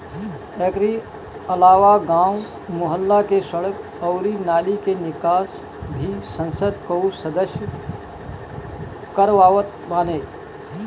एकरी अलावा गांव, मुहल्ला के सड़क अउरी नाली के निकास भी संसद कअ सदस्य करवावत बाने